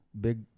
big